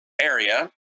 area